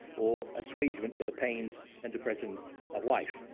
or assuagement for the pains and depressions of life.